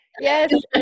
yes